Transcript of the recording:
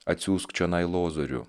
atsiųsk čionai lozorių